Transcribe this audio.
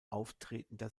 auftretender